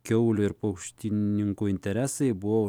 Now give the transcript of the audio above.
kiaulių ir paukštininkų interesai buvo